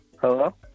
hello